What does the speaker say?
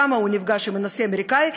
שם הוא נפגש עם הנשיא האמריקני,